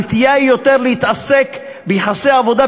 הנטייה היא יותר להתעסק ביחסי העבודה,